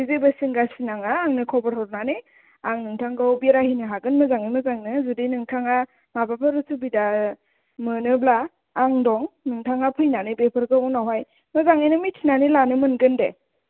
बेनि जेबो जिंगा सिनाङा नाङा आंनो खबर हरनानै आं नोथांखौ बेरायहोनो हागोन मोजाङै मोजांनो जुदि नोथाङा माबाफोर उसुबिदा मोनोब्ला आं दं नोथाङा फैनानै बेफोरखौ उनावहाय मोजाङैनो मिनथिनानै लानो मोनगोन दे